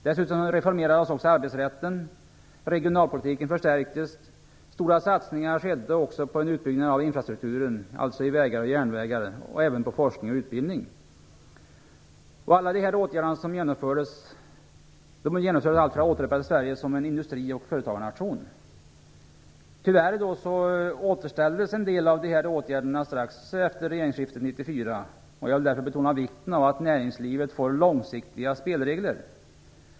Dessutom reformerades arbetsrätten, regionalpolitiken förstärktes, stora satsningar skedde på en utbyggnad av infrastrukturen, dvs. på vägar och järnvägar, liksom på forskning och utbildning. Sverige som en industri och företagarnation. Tyvärr återställdes en del av de här åtgärderna strax efter regeringsskiftet 1994. Jag vill därför nu betona vikten av att näringslivet får långsiktiga spelregler.